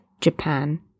Japan